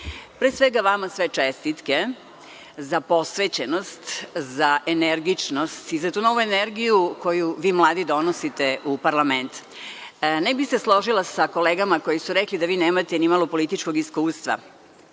svega, vama sve čestitke za posvećenost, za energičnost i za tu novu energiju koju vi mladi donosite u parlament. Ne bih se složila sa kolegama koji su rekli da vi nemate ni malo političkog iskustva.